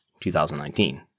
2019